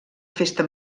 festa